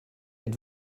êtes